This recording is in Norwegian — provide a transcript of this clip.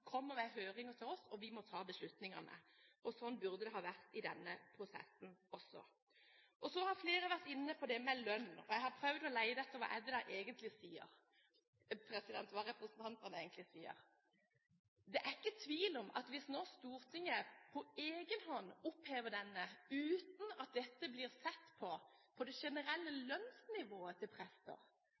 til oss, og vi må ta beslutningene. Sånn burde det ha vært i denne prosessen også. Så har flere vært inne på det med lønn. Jeg har prøvd å lete etter hva representantene egentlig sier. Det er ikke tvil om at hvis Stortinget på egen hånd nå opphever boplikten uten at man ser på det generelle lønnsnivået til